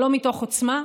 שלום מתוך עוצמה,